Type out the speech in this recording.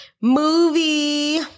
movie